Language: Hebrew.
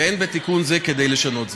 ואין בתיקון זה כדי לשנות זאת.